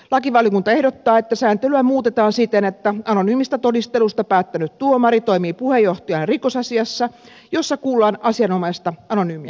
lakivaliokunta ehdottaa että sääntelyä muutetaan siten että anonyymistä todistelusta päättänyt tuomari toimii puheenjohtajana rikosasiassa jossa kuullaan asianomaista anonyymiä todistajaa